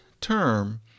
term